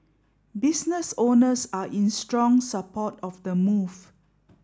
business owners are in strong support of the move